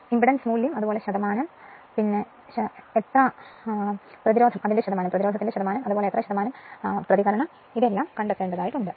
impedance മൂല്യം പ്രതിരോധത്തിന്റെ ശതമാനം പ്രതികരണത്തിന്റെ ശതമാനം എന്നിവ കണ്ടെത്തേണ്ടതുണ്ട്